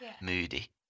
moody